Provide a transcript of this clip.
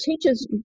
teachers